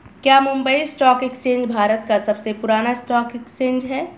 क्या Mumbai stock exchange Bharat का सबसे पुराना स्टॉक एक्सचेंज है?